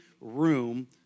room